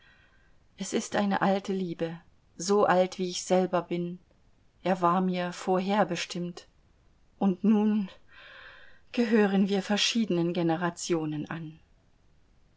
es ist eine alte liebe so alt wie ich selber bin er war mir vorherbestimmt und nun gehören wir verschiedenen generationen an